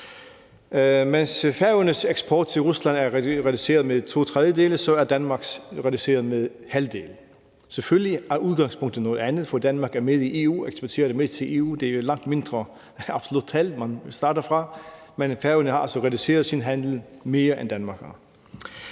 Mens Færøernes eksport til Rusland er reduceret med to tredjedele, er Danmarks reduceret med halvdelen. Selvfølgelig er udgangspunktet et andet, for fordi Danmark er medlem af EU, eksporterer man mest til EU, så det er absolut et langt mindre tal, man starter fra, men Færøerne har altså reduceret sin handel mere, end Danmark har.